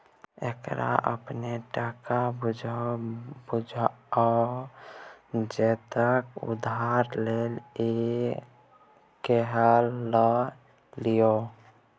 एकरा अपने टका बुझु बौआ जतेक उधार लए क होए ल लिअ